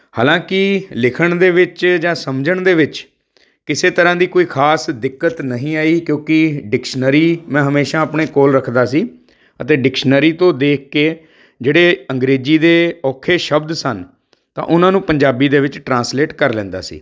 ਹਾਲਾਂਕਿ ਲਿਖਣ ਦੇ ਵਿੱਚ ਜਾਂ ਸਮਝਣ ਦੇ ਵਿੱਚ ਕਿਸੇ ਤਰ੍ਹਾਂ ਦੀ ਕੋਈ ਖ਼ਾਸ ਦਿੱਕਤ ਨਹੀਂ ਆਈ ਕਿਉਂਕਿ ਡਿਕਸ਼ਨਰੀ ਮੈਂ ਹਮੇਸ਼ਾ ਆਪਣੇ ਕੋਲ ਰੱਖਦਾ ਸੀ ਅਤੇ ਡਿਕਸ਼ਨਰੀ ਤੋਂ ਦੇਖ ਕੇ ਜਿਹੜੇ ਅੰਗਰੇਜ਼ੀ ਦੇ ਔਖੇ ਸ਼ਬਦ ਸਨ ਤਾਂ ਉਹਨਾਂ ਨੂੰ ਪੰਜਾਬੀ ਦੇ ਵਿੱਚ ਟਰਾਂਸਲੇਟ ਕਰ ਲੈਂਦਾ ਸੀ